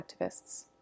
activists